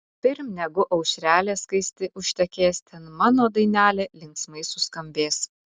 pirm negu aušrelė skaisti užtekės ten mano dainelė linksmai suskambės